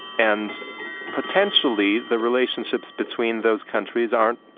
and potentially the relationships between those countries are